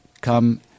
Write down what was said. come